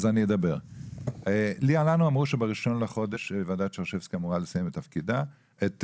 לנו אמרו שב-1 בחודש ועדת שרשבסקי אמורה לסיים את מסקנותיה.